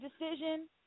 decision